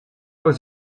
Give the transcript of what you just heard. was